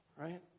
right